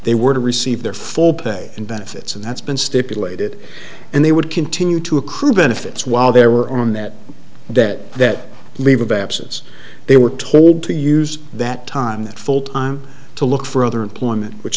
they were to receive their full pay and benefits and that's been stipulated and they would continue to accrue benefits while they were on that debt that leave of absence they were told to use that time that full time to look for other employment which